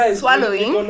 swallowing